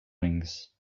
wings